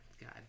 God